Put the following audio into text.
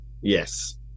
Yes